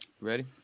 Ready